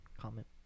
comment